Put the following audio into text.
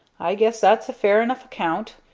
i guess that's a fair enough account.